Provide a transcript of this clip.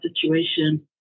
situation